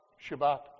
Shabbat